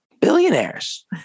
billionaires